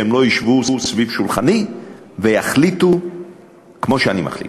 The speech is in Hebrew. שהם לא ישבו סביב שולחני ויחליטו כמו שאני מחליט,